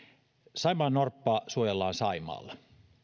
saimaannorppaa suojellaan saimaalla